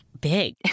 big